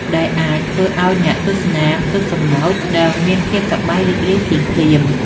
ដែលអាចធ្វើឱ្យអ្នកទស្សនាផ្ទុះសំណើច និងមានភាពសប្បាយរីករាយភ្លាមៗ។